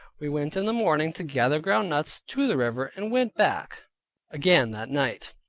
we went in the morning to gather ground nuts, to the river, and went back again that night.